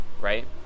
right